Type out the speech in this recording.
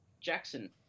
Jackson